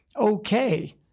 okay